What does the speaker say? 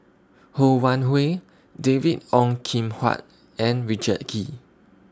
Ho Wan Hui David Ong Kim Huat and Richard Kee